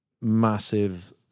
massive